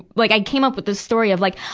like, i came up with a story of like,